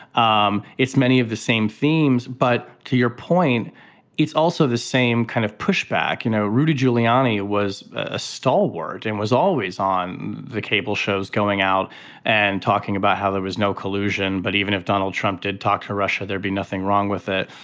um it's many of the same themes. but to your point it's also the same kind of pushback you know rudy giuliani was a stalwart and was always on the cable shows going out and talking about how there was no collusion. but even if donald trump did talk to russia there'd be nothing wrong with it.